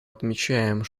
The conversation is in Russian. отмечаем